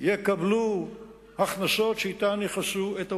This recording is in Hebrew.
יקבלו הכנסות שאתן יכסו את ההוצאות.